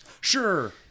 Sure